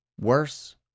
worse